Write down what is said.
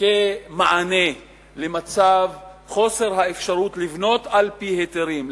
מענה למצב של חוסר אפשרות לבנות על-פי היתרים,